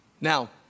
Now